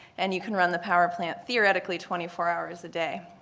and you can run the power plant, theoretically, twenty four hours a day.